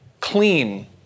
clean